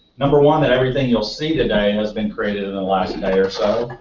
number one that everything you'll see today and has been created in the last day or so.